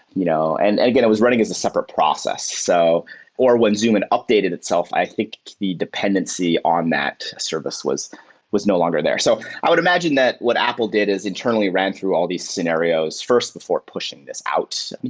you know and and again, it was running as a separate process, so or when zoom and updated itself, i think the dependency on that service was was no longer there. so i would imagine that what apple did is internally ran through all these scenarios first before pushing this out.